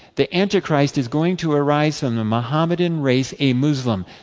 the antichrist is going to arise from the mohammedan race, a moslem.